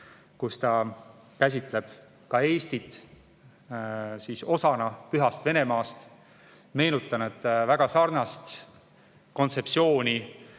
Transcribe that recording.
Ta käsitleb ka Eestit osana pühast Venemaast. Meenutan, et väga sarnast kontseptsiooni